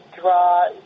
draw